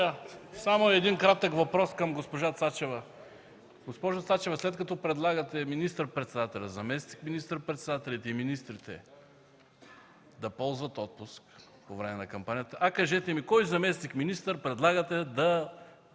Само един кратък въпрос към госпожа Цачева. Госпожо Цачева, след като предлагате министър-председателят, заместник министър-председателите и министрите да ползват отпуск по време на кампанията, кажете ми кой заместник-министър предлагате да